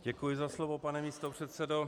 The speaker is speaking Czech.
Děkuji za slovo, pane místopředsedo.